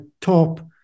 top